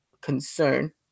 concern